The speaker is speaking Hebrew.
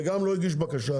וגם לא הגיש בקשה,